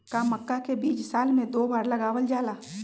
का मक्का के बीज साल में दो बार लगावल जला?